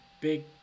big